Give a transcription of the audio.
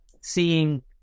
Seeing